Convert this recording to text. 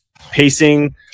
pacing